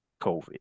COVID